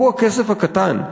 הוא הכסף הקטן.